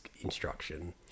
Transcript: instruction